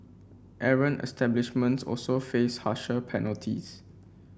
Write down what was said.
errant establishments also faced harsher penalties